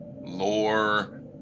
lore